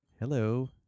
hello